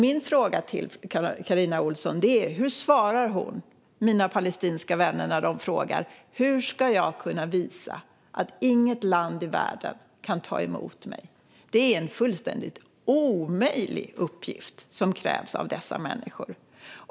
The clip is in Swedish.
Min fråga till Carina Ohlsson är: Hur svarar hon mina palestinska vänner när de frågar hur de ska kunna visa att inget land i världen kan ta emot dem? Det är en fullständigt omöjlig uppgift som krävs av dessa människor.